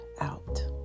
out